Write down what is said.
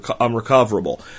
unrecoverable